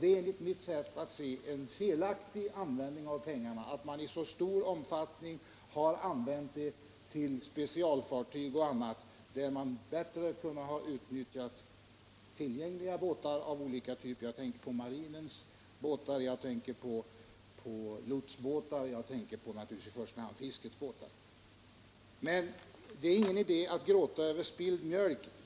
Det är enligt mitt sätt att se en felaktig användning av pengarna att man i så stor omfattning har förbrukat dem på specialfartyg och annan utrustning. Man kunde bättre ha utnyttjat tillgängliga båtar av olika typer. Jag tänker på marinens båtar, på lotsbåtar och naturligtvis i första hand på fiskebåtar. Men det är ingen idé att gråta över spilld mjölk.